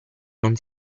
non